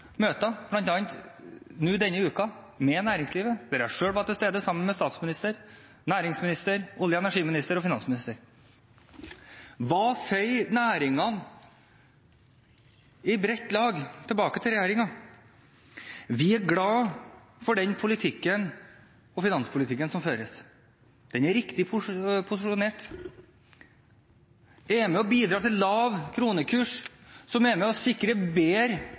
møter, bl.a. nå denne uken, med næringslivet, der jeg selv var til stede sammen med statsminister, næringsminister, olje- og energiminister og finansminister. Hva sier næringene, i bredt lag, tilbake til regjeringen? De er glade for den politikken og finanspolitikken som føres. Den er riktig posisjonert. Den er med og bidrar til lav kronekurs, som er med på å sikre bedre